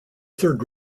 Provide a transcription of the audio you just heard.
third